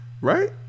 right